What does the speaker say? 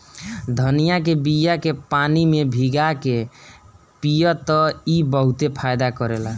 धनिया के बिया के पानी में भीगा के पिय त ई बहुते फायदा करेला